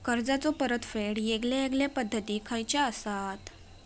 कर्जाचो परतफेड येगयेगल्या पद्धती खयच्या असात?